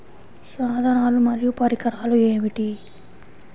సాధనాలు మరియు పరికరాలు ఏమిటీ?